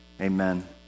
Amen